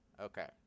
okay